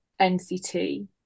NCT